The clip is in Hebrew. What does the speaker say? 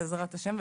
בעזרת השם,